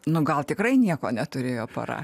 nu gal tikrai nieko neturėjo pora